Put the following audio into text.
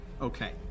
Okay